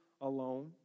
alone